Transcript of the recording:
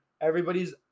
Everybody's